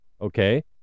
okay